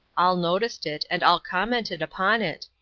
all noticed it and all commented upon it,